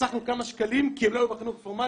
שחסכנו כמה שקלים כי הם לא היו בחינוך הפורמלי?